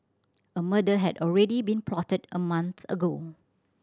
a murder had already been plotted a month ago